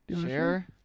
Share